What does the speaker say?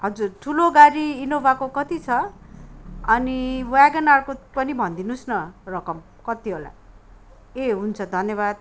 हजुर ठुलो गाडी ईनोभाको कति छ अनि व्यागेनरको पनि भनिदिनुहोस् न रकम कति होला ए हुन्छ धन्यवाद